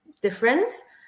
difference